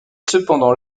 cependant